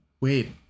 wait